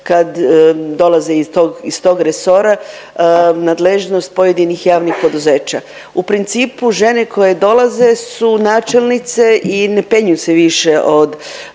kad dolaze iz tog, iz tog resora nadležnost pojedinih javnih poduzeća. U principu žene koje dolaze su načelnice i ne penju se više od